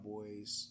Boys